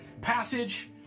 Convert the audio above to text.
passage